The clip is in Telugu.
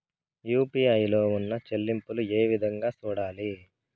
యు.పి.ఐ లో ఉన్న చెల్లింపులు ఏ విధంగా సూడాలి